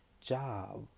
job